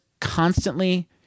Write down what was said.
constantly